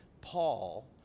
Paul